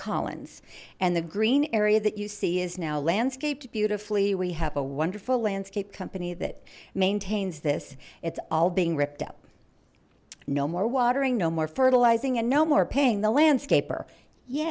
collins and the green area that you see is now landscaped beautifully we have a wonderful landscape company that maintains this it's all being ripped up no more watering no more fertilizing and no more paying the landscaper y